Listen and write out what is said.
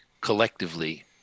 collectively